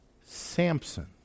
Samson